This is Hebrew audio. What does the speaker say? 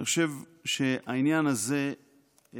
אני חושב שהעניין הזה מבהיר